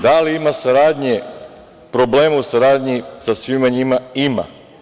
Da li ima problema u saradnji sa svima njima - ima.